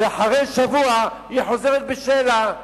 ואחרי שבוע היא חוזרת בשאלה.